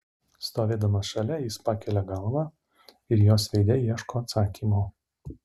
stovėdamas šalia jis pakelia galvą ir jos veide ieško atsakymo